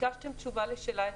ביקשתם תשובה לשאלה עקרונית,